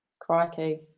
Crikey